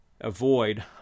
avoid